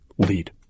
Lead